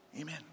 Amen